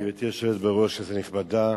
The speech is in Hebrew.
גברתי היושבת בראש, כנסת נכבדה,